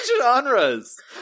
genres